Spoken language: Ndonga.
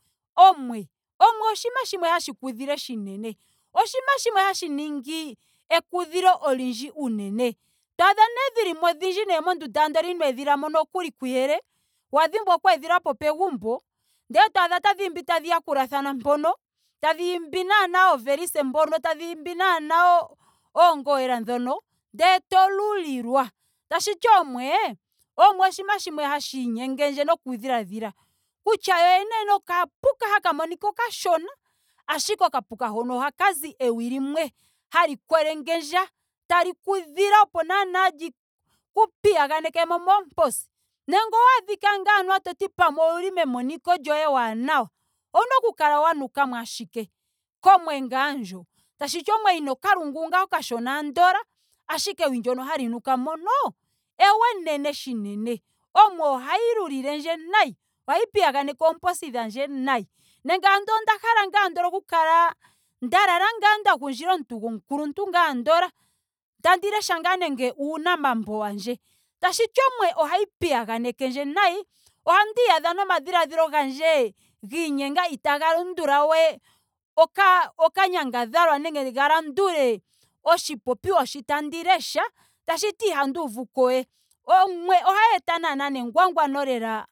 Omwe. omwe oshinima shimwe hashi kudhile shinene. Oshinima shimwe hashi ningi ekudhilo olindji unene. Dhaadha nee dhilimo odhindji nee mondunda inoo edhilamo nokuli kuyele. wa dhimbwa okweedhilapo pegumbo ndele to adha tadhiimbi tdhi yakulathana mpono. tadhiimbi naana oovelise mpono. tadhiimbi naana oongowela dhono. ndele to lulilwa. Tashiti oomwe oomwe oshinima shimwe hashi nyengendje noku dhiladhila kutya yoyene yene okapuka haka monika okashona. ashike okapuka hono oha kazi ewi limwe hali kwelengendja. tali kudhile opo naana li ku piyaganeke mo moomposi. Nenge owaadhika ngaa nee toti pamwe ouli momoniko lyoye ewanawa. ouna oku kala wa nukamo ashike. komwe ngaa ndjo. Tashiti omwe yina okalungu ngaa okashona andola. ashike ndyono hali nuka mono ewi enene shinene. Omwe ohayi lulilendje nayi. Ohayi piyaganeke oomposhi dhandje nayi. Nando ando onda hala ngaa oku kala nda lala nga nda gundjila omuntu gomukuluntu ngaa andola. tandi lesha ngaa nando uunamambo wandje. tashiti omwe ohayi piyaganekendje nayi. Ohandiiyadha nomadhiladhilo gandje giinyenga itaaga landula we oka- okanyangadhalwa nenge ga landule oshipopiwa shi tandi lesha. tashiti ihandi uvuko we. Omwe ohayi eta naana nengwangwano lela.